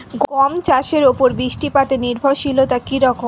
গম চাষের উপর বৃষ্টিপাতে নির্ভরশীলতা কী রকম?